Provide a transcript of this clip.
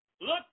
look